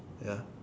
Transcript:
ya